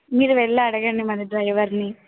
మీరు వెళ్ళి అడగండి మన డ్రైవర్ని